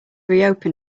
reopen